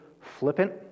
flippant